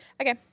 Okay